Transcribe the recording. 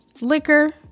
liquor